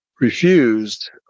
refused